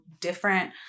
different